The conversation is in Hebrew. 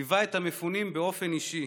ליווה את המפונים באופן אישי,